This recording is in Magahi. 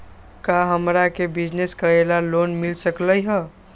का हमरा के बिजनेस करेला लोन मिल सकलई ह?